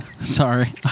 sorry